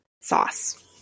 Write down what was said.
sauce